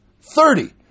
thirty